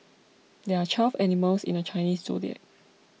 there are twelve animals in the Chinese zodiac